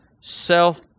self